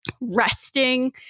resting